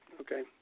Okay